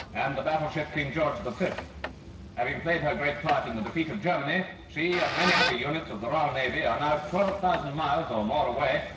and the battleship king george v. having played her great part in the defeat of germany, she and many other units of the royal navy are now twelve thousand miles or more away,